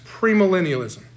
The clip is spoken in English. premillennialism